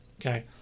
okay